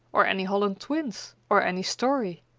or any holland twins, or any story.